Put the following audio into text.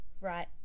right